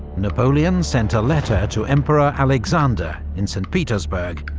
napoleon sent a letter to emperor alexander in st. petersburg,